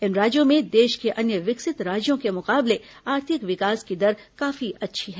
इन राज्यों में देश के अन्य विकसित राज्यों के मुकाबले आर्थिक विकास की दर काफी अच्छी है